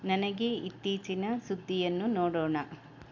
ನನಗೆ ಇತ್ತೀಚಿನ ಸುದ್ದಿಯನ್ನು ನೋಡೋಣ